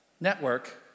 network